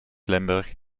limburg